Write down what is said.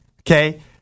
okay